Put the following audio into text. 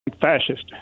fascist